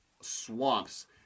swamps